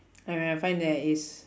I I I find that is